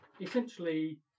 Essentially